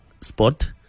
spot